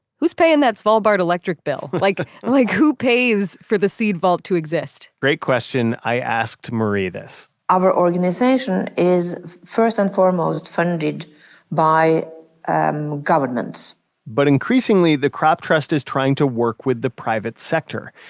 who's paying that svalbard electric bill? like like who pays for the seed vault to exist? great question. i asked marie this our organization is first and foremost funded by um governments but increasingly, the crop trust is trying to work with the private sector.